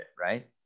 Right